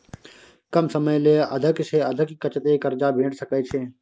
कम समय ले अधिक से अधिक कत्ते कर्जा भेट सकै छै?